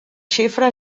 xifra